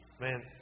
Man